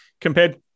compared